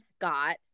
got